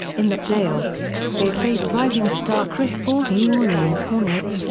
in the playoffs, they faced rising star chris paul's new orleans hornets,